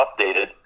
updated